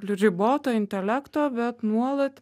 riboto intelekto bet nuolat